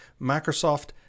Microsoft